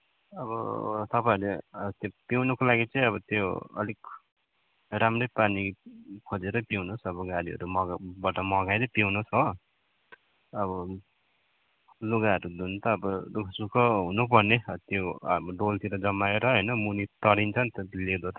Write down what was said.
अब तपाईँहरूले त्यो पिउनुको लागि चाहिँ त्यो अलिक राम्रै पानी खोजेरै पिउनुहोस् अब गाडीहरू मगाएरबाट मगाएरै पिउनुहोस् हो अब लुगाहरू धुन त त्यो अब दु ख सुख हुनुपर्ने त्यो अब डोलतिर जमाएर होइन मुनि तरिन्छ नि त लेदो त